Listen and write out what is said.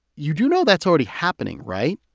you do know that's already happening right?